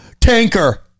tanker